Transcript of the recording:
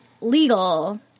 legal—